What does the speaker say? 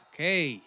Okay